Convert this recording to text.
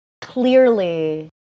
Clearly